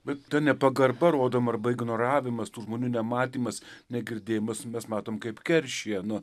bet ta nepagarba rodoma arba ignoravimas tų žmonių nematymas negirdėjimas mes matome kaip keršija nu